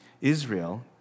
Israel